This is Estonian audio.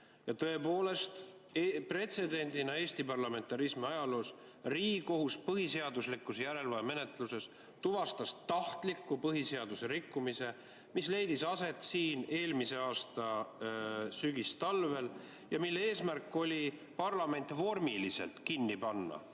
Tõepoolest, pretsedendina Eesti parlamentarismi ajaloos tuvastas Riigikohus põhiseaduslikkuse järelevalve menetluses põhiseaduse tahtliku rikkumise, mis leidis aset siin eelmise aasta sügistalvel ja mille eesmärk oli parlament vormiliselt kinni panna,